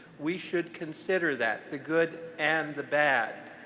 we should consider that, the good and the bad.